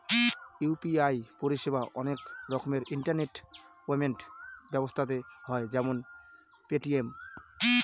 UPI পরিষেবা অনেক রকমের ইন্টারনেট পেমেন্ট ব্যবস্থাতে হয় যেমন পেটিএম